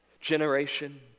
generation